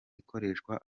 ikoreshwa